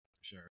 sure